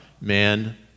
man